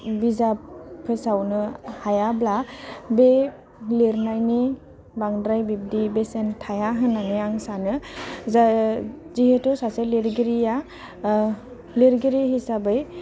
बिजाब फोसावनो हायाब्ला बे लिरनायनि बांद्राय बिबदि बेसेन थाया होनानै आं सानो जा जिहेथु सासे लिरगिरिया लिरगिरि हिसाबै